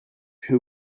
who